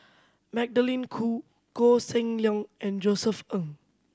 Magdalene Khoo Koh Seng Leong and Josef Ng